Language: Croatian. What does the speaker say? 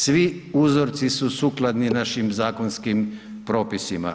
Svi uzorci su sukladni našim zakonskim propisima.